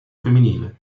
femminile